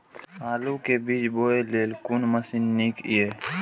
आलु के बीज बोय लेल कोन मशीन नीक ईय?